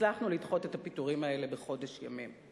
והצלחנו לדחות את הפיטורים האלה בחודש ימים.